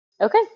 Okay